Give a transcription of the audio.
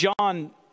John